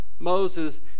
Moses